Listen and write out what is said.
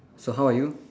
so how are you